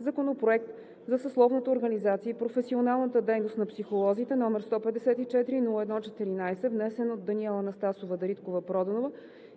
Законопроект за съсловната организация и професионалната дейност на психолозите, № 154-01-14, внесен от Даниела Анастасова Дариткова-Проданова